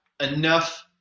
enough